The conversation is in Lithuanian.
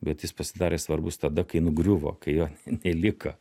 bet jis pasidarė svarbus tada kai nugriuvo kai jo ne neliko